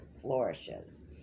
flourishes